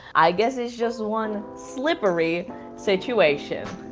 i guess it's just one slippery situation.